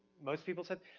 most people's head,